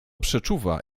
przeczuwa